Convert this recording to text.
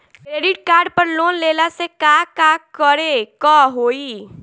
Credit card पर loan लेला से का का करे क होइ?